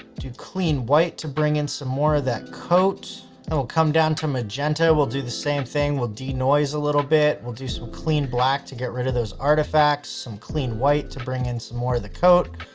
do clean white to bring in some more of that coat and we'll come down to magenta. we'll do the same thing. we'll de noise a little bit. we'll do some clean black to get rid of those artifacts. some clean white to bring in some more of the coat.